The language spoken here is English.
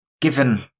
given